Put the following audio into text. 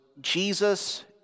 Jesus